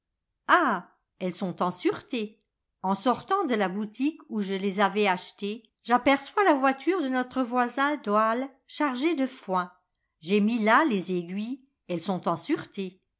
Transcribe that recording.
elles sont en sûreté en sortant de la boutique où je les avais achetées j'aperçois la voiture de notre voisin doyle chargée de foin j'ai mis là les aiguilles elles sont en sûreté